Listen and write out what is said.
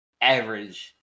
average